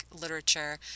literature